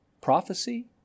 Prophecy